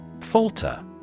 Falter